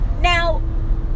Now